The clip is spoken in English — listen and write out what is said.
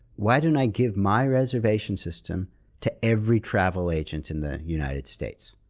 why don't i give my reservation system to every travel agent in the united states?